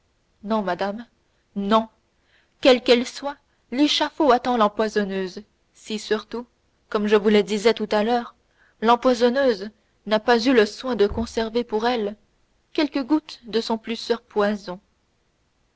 non madame non quelle qu'elle soit l'échafaud attend l'empoisonneuse si surtout comme je vous le disais tout à l'heure l'empoisonneuse n'a pas eu le soin de conserver pour elle quelques gouttes de son plus sûr poison